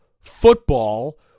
football